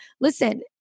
listen